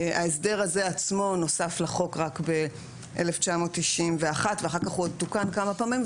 ההסדר הזה עצמו נוסף לחוק רק ב-1991 ואחר כך הוא עוד תוקן כמה פעמים,